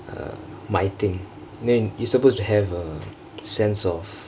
uh my thingk then you supposed to have a sense of